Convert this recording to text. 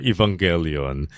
Evangelion